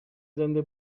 زنده